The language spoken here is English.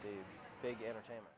the big entertainment